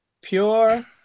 pure